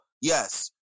yes